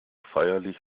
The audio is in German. feierlich